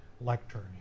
lectern